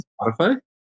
Spotify